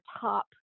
top